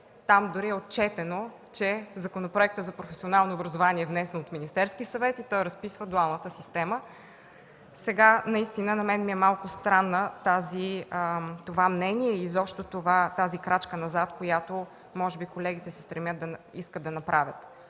там дори е отчетено, че законопроектът за професионално образование е внесен от Министерския съвет и той разписва дуалната система. Сега наистина на мен ми е малко странно това мнение и изобщо тази крачка назад, която колегите може би искат да направят.